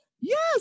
yes